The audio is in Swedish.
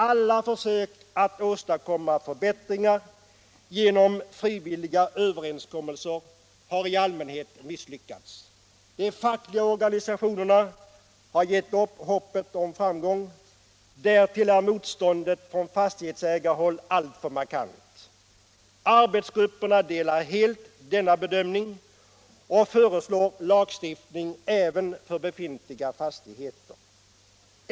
Alla försök att åstadkomma förbättringar genom frivilliga överenskommelser har i allmänhet misslyckats. De fackliga organisationerna har gett upp hoppet om framgång — därtill är motståndet från fastighetsägarhåll alltför markant. Arbetsgrupperna delar helt denna bedömning och föreslår lagstiftning även för befintliga fastigheter.